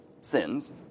sins